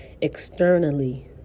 externally